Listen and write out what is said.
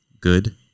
good